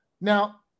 Now